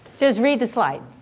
just read the slide.